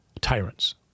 tyrants